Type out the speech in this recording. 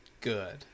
Good